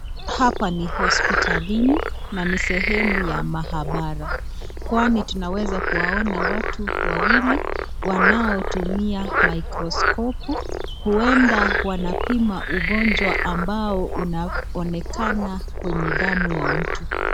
Hapa ni hospitalini na ni sehemu ya mahabara kwani tunaweza kuwaona watu wawili wanaotumia maikroskopu uenda wanapima ugonjwa ambao unaonekana kwenye damu ya mtu.